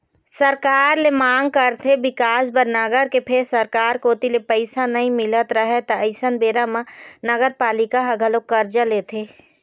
सरकार ले मांग करथे बिकास बर नगर के फेर सरकार कोती ले पइसा नइ मिलत रहय त अइसन बेरा म नगरपालिका ह घलोक करजा लेथे